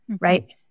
right